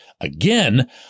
again